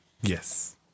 Yes